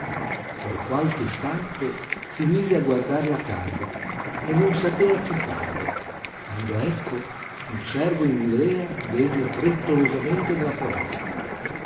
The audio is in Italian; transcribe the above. per qualche istante si mise a guardar la casa e non sapea che fare quando ecco un servo in livrea venne frettolosamente dalla foresta